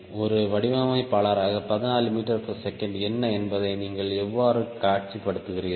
ஒரு வடிவமைப்பாளராக 14 msஎன்ன என்பதை நீங்கள் எவ்வாறு காட்சிப்படுத்துகிறீர்கள்